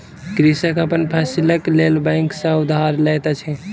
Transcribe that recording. कृषक अपन फसीलक लेल बैंक सॅ उधार लैत अछि